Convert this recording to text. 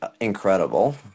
incredible